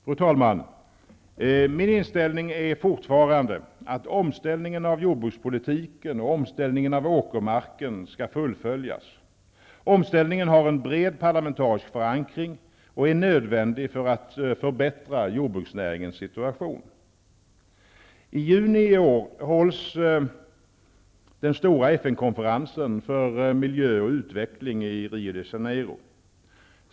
Fru talman! Min inställning är fortfarande att omställningen av jordbrukspolitiken och omställningen av åkermarken skall fullföljas. Omställningen har en bred parlamentarisk förankring och är nödvändig för att förbättra jordbruksnäringens situation. I juni i år hålls den stora FN-konferensen för miljö och utveckling i Rio de Janeiro.